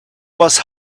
was